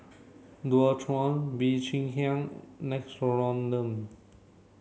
Dualtron Bee Cheng Hiang Nixoderm